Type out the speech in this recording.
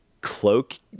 cloak